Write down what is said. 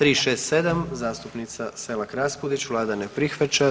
367. zastupnica Selak Raspudić, vlada ne prihvaća.